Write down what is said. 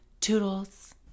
toodles